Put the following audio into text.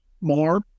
more